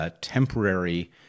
temporary